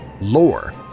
lore